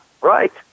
right